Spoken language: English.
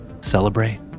Celebrate